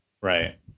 right